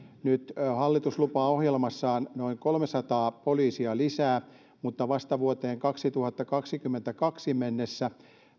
nyt hallitus lupaa ohjelmassaan noin kolmesataa poliisia lisää mutta vasta vuoteen kaksituhattakaksikymmentäkaksi mennessä